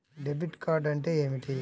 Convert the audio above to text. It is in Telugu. డెబిట్ కార్డ్ అంటే ఏమిటి?